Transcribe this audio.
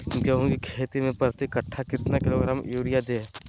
गेंहू की खेती में प्रति कट्ठा कितना किलोग्राम युरिया दे?